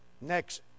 Next